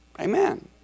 Amen